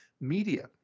Media